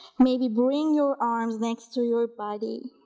maybe bring your arms next to your body,